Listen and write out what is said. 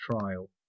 trial